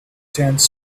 tents